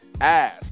ass